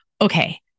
Okay